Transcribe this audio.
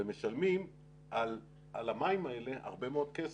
ומשלמים על המים האלה הרבה מאוד כסף,